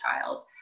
child